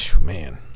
man